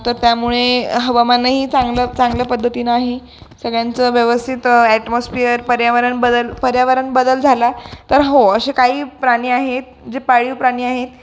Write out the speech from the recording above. तर त्यामुळे हवामानही चांगलं चांगल्या पद्धतीनं आहे सगळ्यांचं व्यवस्थित ॲटमोस्फिअर पर्यावरण बदल पर्यावरण बदल झाला तर हो असे काही प्राणी आहेत जे पाळीव प्राणी आहेत